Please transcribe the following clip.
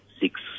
six